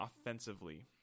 offensively